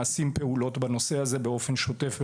נעשות פעולות בנושא הזה באופן שוטף.